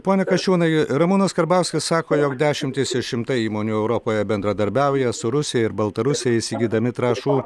pone kasčiūnai ramūnas karbauskas sako jog dešimtys ir šimtai įmonių europoje bendradarbiauja su rusija ir baltarusija įsigydami trąšų